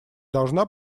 должна